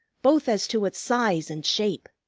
both as to its size and shape!